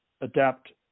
adapt